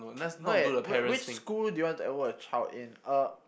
no wait whi~ which school do you want to enroll your child in uh